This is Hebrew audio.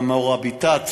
וה"מוריבטאת",